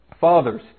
Fathers